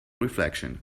reflection